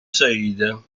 saïd